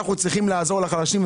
אנחנו צריכים לעזור לחלשים,